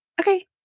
Okay